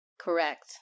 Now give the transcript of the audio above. Correct